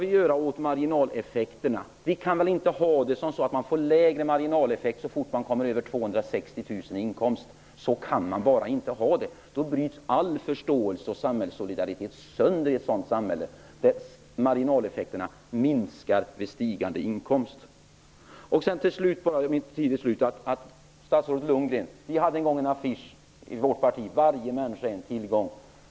Vi kan väl inte ha det så att man får mindre marginaleffekt så fort man kommer över 260 000 kr i inkomst? Så kan man bara inte ha det! I ett sådant samhälle bryts all förståelse och samhällssolidaritet sönder, dvs om marginaleffekterna minskar vid stigande inkomst. Vi hade en gång i vårt parti en affisch, statsrådet Lundgren, där det stod: Varje människa är en tillgång.